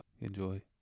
Enjoy